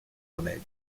remède